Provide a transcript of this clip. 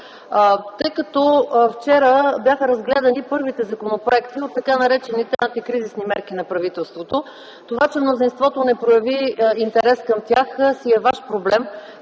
тъй като вчера бяха разгледани първите законопроекти от така наречените антикризисни мерки на правителството. Това, че мнозинството не прояви интерес към тях, си е ваш проблем.